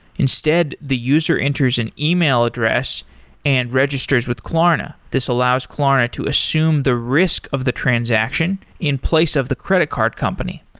instead the user enters an email address and registers with klarna. klarna. this allows klarna to assume the risk of the transaction in place of the credit card company.